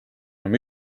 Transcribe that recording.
enam